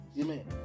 amen